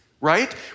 Right